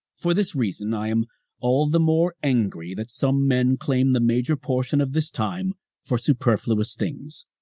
for this reason i am all the more angry that some men claim the major portion of this time for superfluous things,